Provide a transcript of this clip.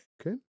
Okay